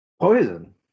Poison